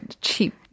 cheap